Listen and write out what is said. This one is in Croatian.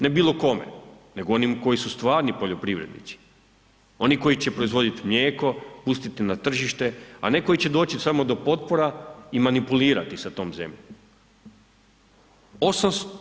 Ne bilo kome nego onima koji su stvari poljoprivrednici, oni koji će proizvodit mlijeko pustiti na tržište, a ne koji će doći samo do potpora i manipulirati sa tom zemljom.